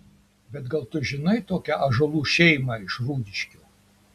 bet gal tu žinai tokią ąžuolų šeimą iš rūdiškių